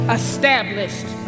established